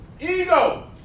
Ego